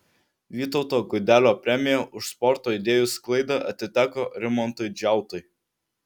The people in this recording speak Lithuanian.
vytauto gudelio premija už sporto idėjų sklaidą atiteko rimantui džiautui